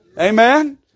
Amen